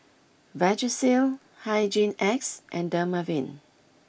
Vagisil Hygin X and Dermaveen